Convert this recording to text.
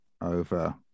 over